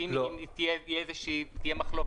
אם תהיה מחלוקת,